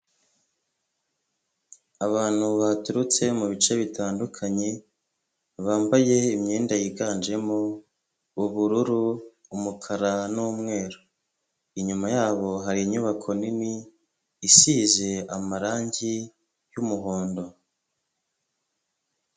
Abantu baturutse mu bice bitandukanye, bambaye imyenda yiganjemo: ubururu, umukara, n'umweru. Inyuma yabo hari inyubako nini isize amarangi y'umuhondo.